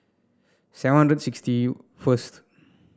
seven hundred sixty first